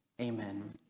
Amen